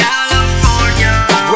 California